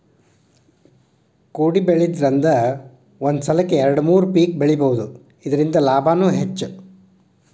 ಕೊಡಿಬೆಳಿದ್ರಂದ ಒಂದ ಸಲಕ್ಕ ಎರ್ಡು ಮೂರು ಪಿಕ್ ಬೆಳಿಬಹುದು ಇರ್ದಿಂದ ಲಾಭಾನು ಹೆಚ್ಚ